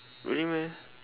really meh